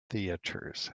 theatres